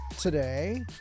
today